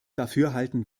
dafürhalten